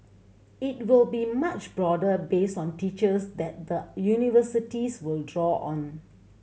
it will be much broader based on teachers that the universities will draw on